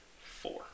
four